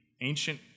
ancient